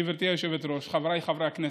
גברתי היושבת-ראש, חבריי חברי הכנסת,